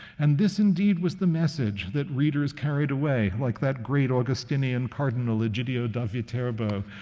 and this, indeed, was the message that readers carried away, like that great augustinian cardinal egidio da viterbo,